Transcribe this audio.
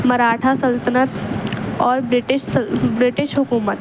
مراٹھا سلطنت اور British British حکومت